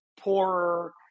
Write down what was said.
poorer